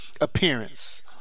Appearance